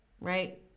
right